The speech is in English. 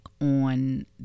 on